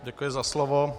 Děkuji za slovo.